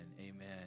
amen